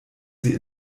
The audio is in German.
sie